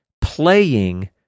playing